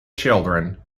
children